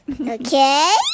Okay